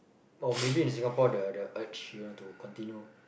or maybe in Singapore the the urge you know to continue